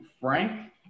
Frank